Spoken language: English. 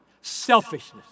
Selfishness